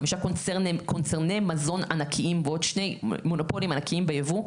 חמישה קונצרני מזון ענקיים ועוד שני מונופולים ענקיים ביבוא,